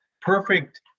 Perfect